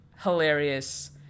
hilarious